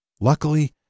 Luckily